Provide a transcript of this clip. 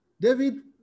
David